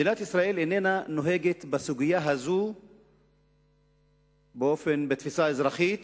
מדינת ישראל איננה נוהגת בסוגיה הזאת בתפיסה האזרחית